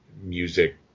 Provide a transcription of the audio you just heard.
music